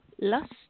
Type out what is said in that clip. lust